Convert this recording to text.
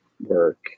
work